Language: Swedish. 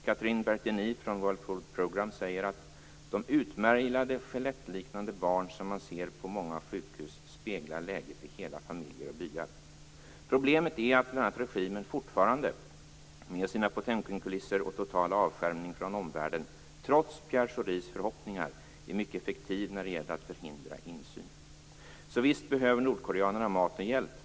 Cathrine Bertini från World Food Programme säger att de utmärglade, skelettliknande barn som man ser på många sjukhus speglar läget i hela familjer och byar. Problemet är bl.a. att regimen fortfarande med sina Potemkinkulisser och totala avskärmning från omvärlden, trots Pierre Schoris förhoppningar, är mycket effektiv när det gäller att förhindra insyn. Så visst behöver nordkoreanerna mat och hjälp.